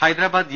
Hyderabad G